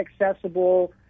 accessible